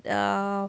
err